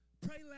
Pray